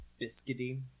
Biscuity